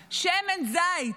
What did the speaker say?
עלייה, שמן זית,